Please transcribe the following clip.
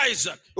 Isaac